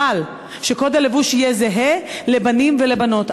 אבל שקוד הלבוש יהיה זהה לבנים ולבנות.